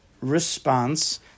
response